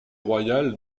royal